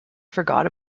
forgot